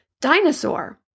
Dinosaur